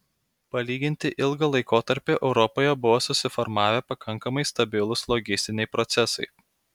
palyginti ilgą laikotarpį europoje buvo susiformavę pakankamai stabilūs logistiniai procesai